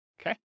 Okay